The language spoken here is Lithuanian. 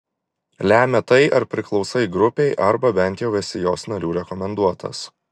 lemia tai ar priklausai grupei arba bent jau esi jos narių rekomenduotas